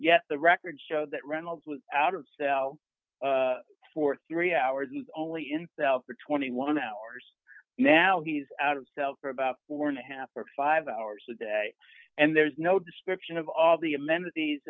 yet the records show that reynolds was out of cell for three hours only in cell for twenty one hours now he's out of cell for about four and a half or five hours a day and there's no description of all the amenities